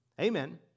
Amen